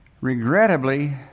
Regrettably